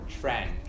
trend